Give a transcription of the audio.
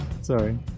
sorry